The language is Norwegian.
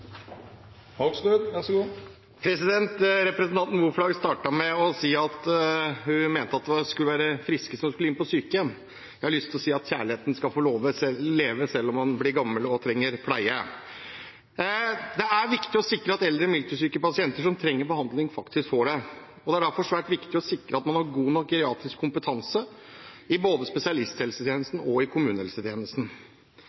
Representanten Moflag startet med å snakke om friske som skulle inn på sykehjem. Jeg har lyst til å si at kjærligheten skal få leve, selv om man blir gammel og trenger pleie. Det er viktig å sikre at eldre multisyke pasienter som trenger behandling, faktisk får det. Det er derfor svært viktig å sikre at man har god nok geriatrisk kompetanse i både